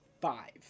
five